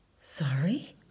Sorry